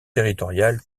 territorial